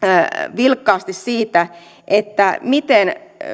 vilkkaasti siitä miten